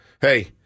hey